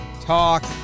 talk